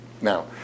Now